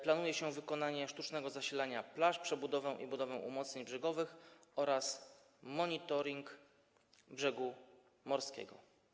Planuje się wykonanie sztucznego zasilania plaż, przebudowę i budowę umocnień brzegowych oraz monitoring brzegu morskiego.